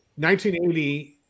1980